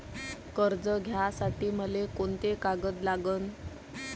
कर्ज घ्यासाठी मले कोंते कागद लागन?